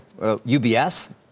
UBS